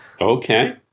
Okay